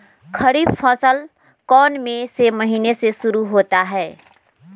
खरीफ फसल कौन में से महीने से शुरू होता है?